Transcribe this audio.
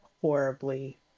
horribly